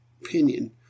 opinion